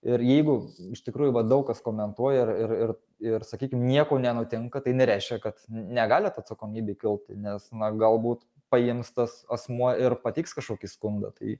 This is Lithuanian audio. ir jeigu iš tikrųjų va daug kas komentuoja ir ir ir ir sakykim nieko nenutinka tai nereiškia kad negali ta atsakomybė kilti nes na galbūt paims tas asmuo ir pateiks kažkokį skundą tai